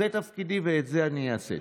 זה תפקידי, ואת זה אני אעשה.